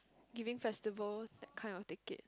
giving festival that kind of ticket